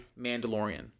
Mandalorian